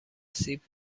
سیب